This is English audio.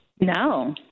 No